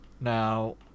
Now